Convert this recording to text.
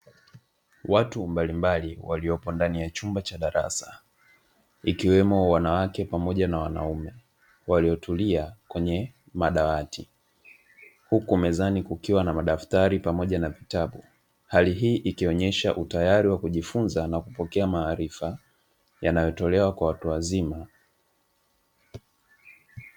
Watu mbalimbali waliopo ndani ya chumba cha darasa, ikiwemo wanawake pamoja na wanaume waliotulia kwenye madawati. Huku mezani kukiwa na madaftari pamoja na vitabu. Hali hii ikionyesha utayari wa kujifunza na kupokea maarifa yanayotolewa kwa watu wazima.